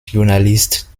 journalist